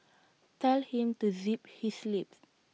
tell him to zip his lips